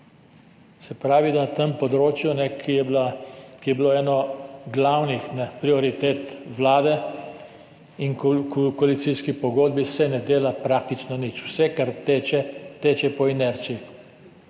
Se pravi, da se na tem področju, ki je bilo eno glavnih prioritet vlade in v koalicijski pogodbi, ne dela praktično nič. Vse, kar teče, teče po inerciji,